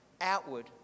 outward